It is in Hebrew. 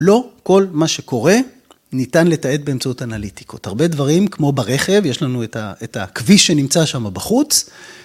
לא כל מה שקורה, ניתן לתעד באמצעות אנליטיקות. הרבה דברים, כמו ברכב, יש לנו את הכביש שנמצא שמה בחוץ...